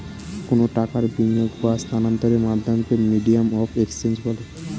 কোনো টাকার বিনিয়োগ বা স্থানান্তরের মাধ্যমকে মিডিয়াম অফ এক্সচেঞ্জ বলে